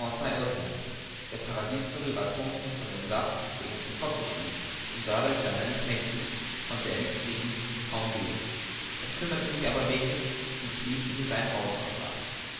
nicht der paradiesvogel war trunken von dem saft der ihm zu kopfe stieg und dadurch seiner nicht mächtig konnte er nicht fliegen kaum gehen das kümmerte mich aber wenig und ich ließ ihn seinen rausch ausschlafen